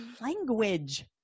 language